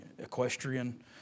Equestrian